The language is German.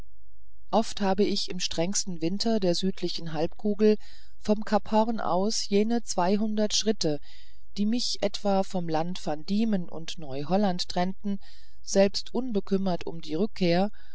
oft habe ich im strengsten winter der südlichen halbkugel vom cap horn aus jene zweihundert schritte die mich etwa vom land van diemen und neuholland trennten selbst unbekümmert um die rückkehr